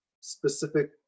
specific